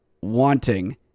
wanting